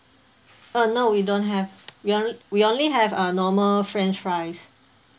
uh no we don't have we on~ we only have uh normal french fries